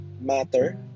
matter